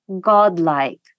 Godlike